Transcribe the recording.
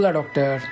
doctor